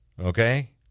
Okay